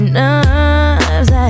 nerves